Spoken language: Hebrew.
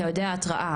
אתה יודע התרעה,